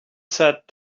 sat